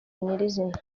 nyir’izina